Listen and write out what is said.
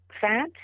fat